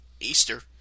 Easter